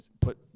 put